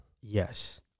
Yes